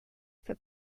for